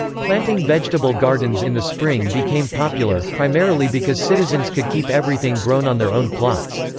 planting vegetable gardens in the spring became popular, primarily because citizens could keep everything grown on their own plots.